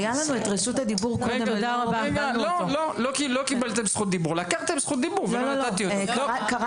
תודה, אדוני יושב-ראש הוועדה, חבר